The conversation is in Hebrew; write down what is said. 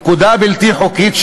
פקודה בלתי חוקית,